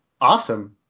awesome